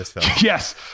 Yes